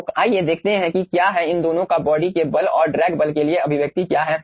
तो आइए देखते हैं कि क्या हैं इन दोनों का बॉडी के बल और ड्रैग बल के लिए अभिव्यक्ति क्या है